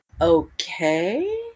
okay